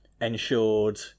ensured